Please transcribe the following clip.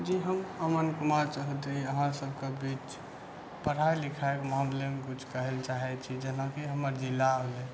जी हम अमन कुमार चौधरी अहाँ सबके बीच पढ़ाइ लिखाइके मामलेमे कुछ कहै चाहै छी जेनाकि हमर जिला भेल